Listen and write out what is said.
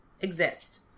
exist